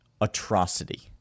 Atrocity